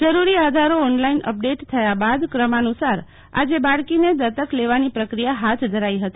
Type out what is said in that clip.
જરૂરી આધારો online update થયા બાદ ક્રમાનુસાર આજે બાળકીને દત્તક લેવાની પ્રકિયા હાથ ધરી હતી